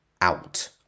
out